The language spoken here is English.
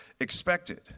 expected